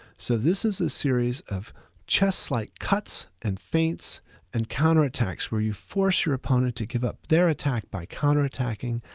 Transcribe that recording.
so this is a series of chess like cuts and faints and counter attacks, where you force your opponent to give up their attack by counter attacking,